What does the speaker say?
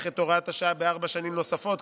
את הוראת השעה בארבע שנים נוספות,